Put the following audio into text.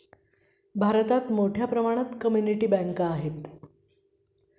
भारतात मोठ्या प्रमाणात कम्युनिटी बँका आहेत